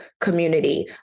community